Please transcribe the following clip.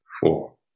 four